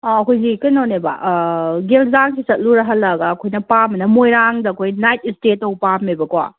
ꯑꯩꯈꯣꯏꯒꯤ ꯀꯩꯅꯣꯅꯦꯕ ꯒꯦꯜꯖꯥꯡꯁꯤ ꯆꯠꯂꯨꯔ ꯍꯜꯂꯛꯂꯒ ꯑꯩꯈꯣꯏꯅ ꯄꯥꯝꯕꯅ ꯃꯣꯏꯔꯥꯡꯗ ꯑꯩꯈꯣꯏ ꯅꯥꯏꯠ ꯏꯁꯇꯦ ꯇꯧꯕ ꯄꯥꯝꯃꯦꯕꯀꯣ